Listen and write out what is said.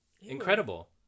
Incredible